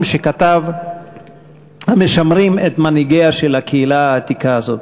שכתב המשמרים את מנהגיה של הקהילה עתיקה הזאת.